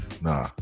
nah